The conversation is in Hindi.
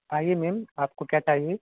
आइए मैम आपको क्या चाहिए